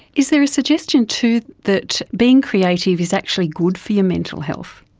is there a suggestion too that being creative is actually good for your mental health?